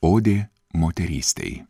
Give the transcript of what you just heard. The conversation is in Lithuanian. odė moterystei